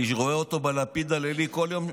אני רואה אותו בלפיד הלילי כל יום,